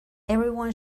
everyone